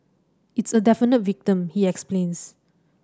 it's a definite victim he explains